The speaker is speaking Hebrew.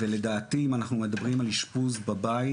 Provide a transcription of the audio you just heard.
ולדעתי אם אנחנו מדברים על אשפוז בבית,